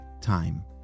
time